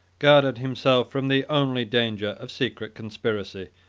guarded himself from the only danger of secret conspiracy,